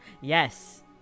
Yes